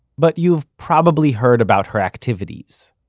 but you've probably heard about her activities.